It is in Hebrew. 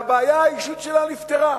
והבעיה האישית שלה נפתרה.